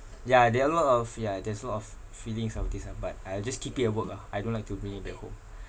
ya there are a lot of ya there's a lot of feelings of this ah but I'll just keep it at work ah I don't like to bring it back home